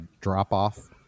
drop-off